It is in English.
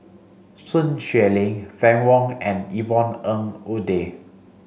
Sun Xueling Fann Wong and Yvonne Ng Uhde